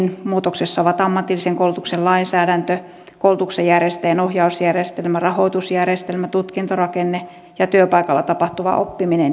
muutoksessa ovat ammatillisen koulutuksen lainsäädäntö koulutuksen järjestäjän ohjausjärjestelmä rahoitusjärjestelmä tutkintorakenne ja työpaikalla tapahtuva oppiminen